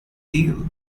deal